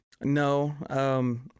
No